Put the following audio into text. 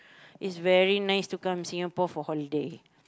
is very nice to come Singapore for holiday